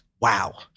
wow